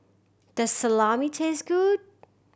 does Salami taste good